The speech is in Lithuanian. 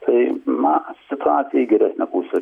tai na situacija į geresnę pusę